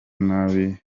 nabi